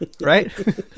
right